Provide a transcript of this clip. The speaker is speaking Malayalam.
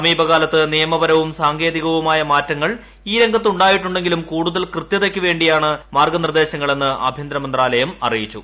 സമീപ കാലത്ത് നിയമപരവും സാങ്കേതികവുമായ മാറ്റങ്ങൾ ഈ രംഗത്ത് ഉണ്ടായിട്ടുണ്ടെങ്കിലും കൂടുതൽ കൃതൃതയ്ക്ക് വേണ്ടിയാണ് മാർഗ നിർദ്ദേശങ്ങളെന്ന് ആഭ്യന്തര മന്ത്രാലയം അറിയിച്ചു